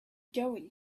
going